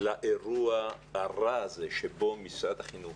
לאירוע הרע הזה שבו משרד החינוך